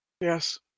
Yes